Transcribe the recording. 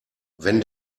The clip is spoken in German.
wenn